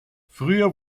früher